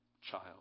child